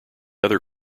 other